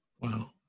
Wow